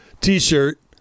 T-shirt